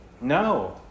No